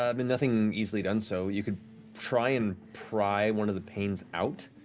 um and nothing easily does so. you can try and pry one of the panes out,